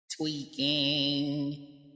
Tweaking